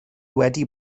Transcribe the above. wedi